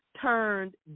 turned